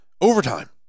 Overtime